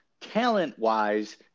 Talent-wise